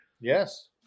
Yes